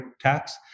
tax